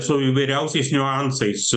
su įvairiausiais niuansais